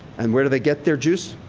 and where do they get their juice?